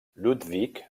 ludwig